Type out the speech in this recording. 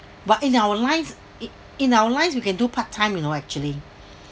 but in our life in in our lives we can do part time you know actually